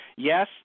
Yes